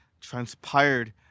transpired